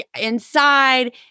inside